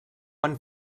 han